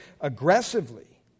aggressively